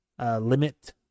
limit